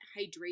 hydration